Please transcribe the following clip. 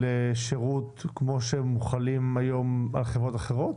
שירות כמו שמוחלים היום על חברות אחרות?